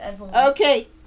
Okay